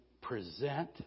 present